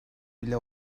bile